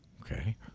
Okay